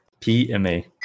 PMA